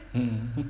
mm